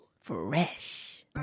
Fresh